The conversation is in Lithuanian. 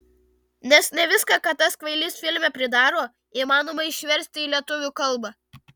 nes ne viską ką tas kvailys filme pridaro įmanoma išversti į lietuvių kalbą